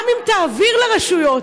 גם אם תעביר לרשויות,